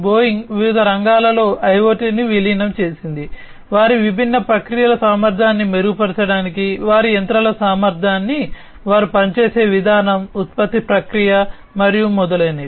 Boeing వివిధ రంగాలలో IoT ని విలీనం చేసింది వారి విభిన్న ప్రక్రియల సామర్థ్యాన్ని మెరుగుపరచడానికి వారి యంత్రాల సామర్థ్యాన్ని వారు పనిచేసే విధానం ఉత్పత్తి ప్రక్రియ మరియు మొదలైనవి